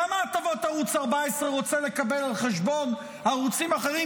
כמה הטבות ערוץ 14 רוצה לקבל על חשבון ערוצים אחרים,